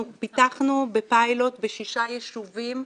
אנחנו פיתחנו בפיילוט בשישה יישובים,